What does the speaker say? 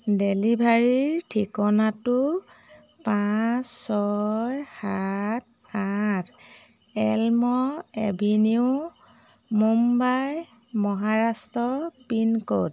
ডেলিভাৰীৰ ঠিকনাটো পাঁচ ছয় সাত আঠ Elm avenue Mumbai Maharashtra pincode